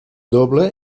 doble